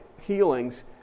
healings